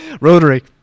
Rotary